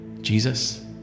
Jesus